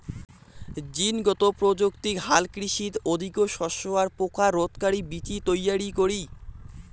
জীনগত প্রযুক্তিক হালকৃষিত অধিকো শস্য আর পোকা রোধকারি বীচি তৈয়ারী করি